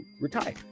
retire